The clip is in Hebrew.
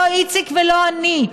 לא איציק ולא אני.